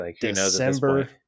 december